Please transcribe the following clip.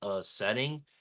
setting